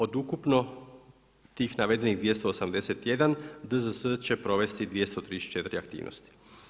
Od ukupno tih navedenih 281 DZS će provesti 234 aktivnosti.